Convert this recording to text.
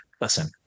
Listen